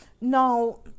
now